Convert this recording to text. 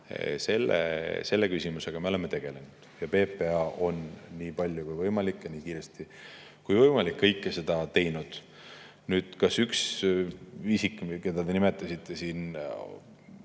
Selle küsimusega me oleme tegelenud ja PPA on nii palju kui võimalik ja nii kiiresti kui võimalik kõike seda teinud. Nüüd see üks isik, keda te nimetasite siin.